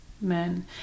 men